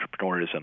entrepreneurism